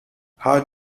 how